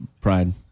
Pride